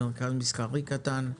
מרכז מסחרי קטן,